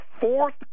fourth